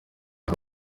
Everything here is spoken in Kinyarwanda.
aho